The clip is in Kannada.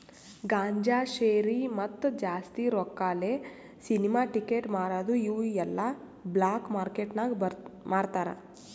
ಗಾಂಜಾ, ಶೇರಿ, ಮತ್ತ ಜಾಸ್ತಿ ರೊಕ್ಕಾಲೆ ಸಿನಿಮಾ ಟಿಕೆಟ್ ಮಾರದು ಇವು ಎಲ್ಲಾ ಬ್ಲ್ಯಾಕ್ ಮಾರ್ಕೇಟ್ ನಾಗ್ ಮಾರ್ತಾರ್